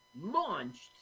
launched